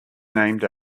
named